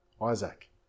Isaac